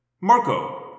Marco